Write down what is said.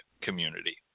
community